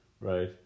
Right